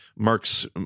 Mark's